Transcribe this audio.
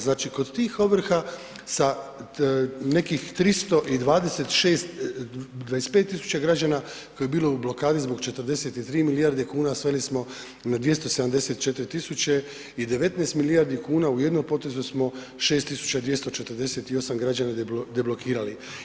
Znači, kod tih ovrha sa nekih 325 000 građana koji je bilo u blokadi zbog 43 milijarde kuna sveli smo na 274 000 i 19 milijardi kuna u jednom potezu smo 6248 građana deblokirali.